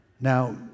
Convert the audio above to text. Now